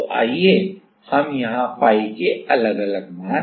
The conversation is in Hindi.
तो आइए हम फाई के अलग अलग मान रखें